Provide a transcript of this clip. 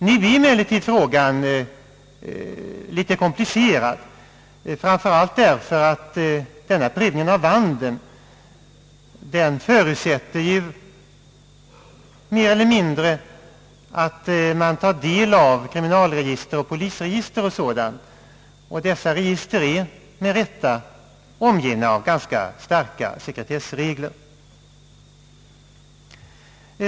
Nu är emellertid frågan litet komplicerad, framför allt därför att denna prövning av vandeln förutsätter mer eller mindre att man tar del av kriminalregister, polisregister och sådant, och dessa register är med rätta omgivna av ganska starka sekretessregler.